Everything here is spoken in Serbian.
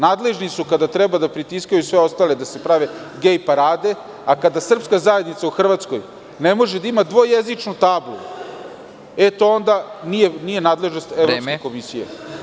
Nadležni su kada treba da pritiskaju sve ostale da se prave gej parade, a kada srpska zajednica u Hrvatskoj ne može da ima dvojezičnu tablu, e to onda nije nadležnost Evropske komisije.